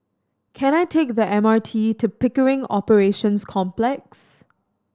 can I take the M R T to Pickering Operations Complex